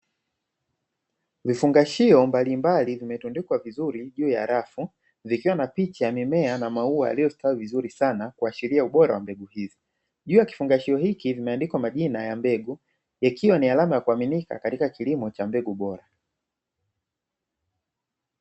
Vifungashio mbalimbali vimetundikwa vizuri juu ya rafu, vikiwa na picha ya mimea na maua yaliyostawi vizuri sana kuashiria ubora wa mbegu hizi. Juu ya kifungashio hiki kimeandikwa majina ya mbegu ikiwa ni alama ya kuaminika katika kilimo cha mbegu bora.